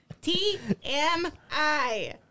T-M-I